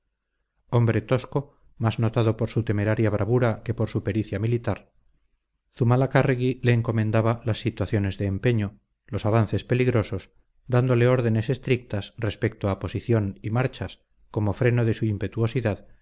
hombre tosco más notado por su temeraria bravura que por su pericia militar zumalacárregui le encomendaba las situaciones de empeño los avances peligrosos dándole órdenes estrictas respecto a posición y marchas como freno de su